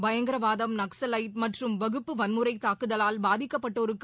பயங்கரவாதம் நக்சலைட் மற்றும் வகுப்பு வன்முறை தாக்குதலால் பாதிக்கப்பட்டோருக்கு